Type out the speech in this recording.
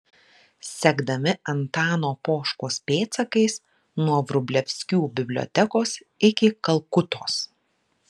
sekdami antano poškos pėdsakais nuo vrublevskių bibliotekos iki kalkutos